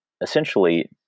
essentially